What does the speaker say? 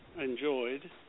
enjoyed